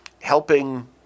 helping